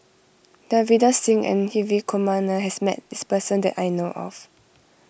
Davinder Singh and Hri Kumar Nair has met this person that I know of